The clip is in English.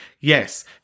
Yes